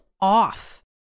off